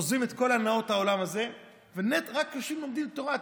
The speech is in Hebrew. עוזבים את כל הנאות העולם הזה ורק יושבים ולומדים תורה,